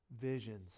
visions